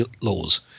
laws